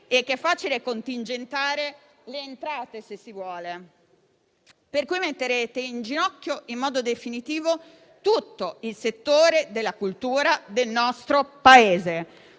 e che è facile contingentare le entrate, se si vuole. Dunque metterete in ginocchio, in modo definitivo, tutto il settore della cultura del nostro Paese